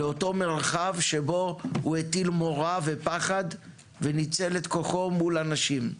לאותו מרחב שבו הוא הטיל מורא ופחד וניצל את כוחו מול אנשים.